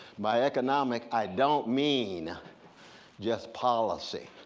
by economic i don't mean just policy,